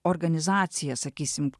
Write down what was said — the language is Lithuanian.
organizacija sakysim